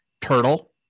turtle